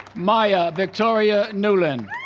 maya victoria newlin